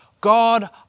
God